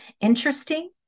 interesting